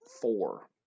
four